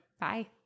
Bye